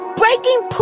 breaking